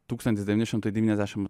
tūkstantis devyni šimtai devyniasdešim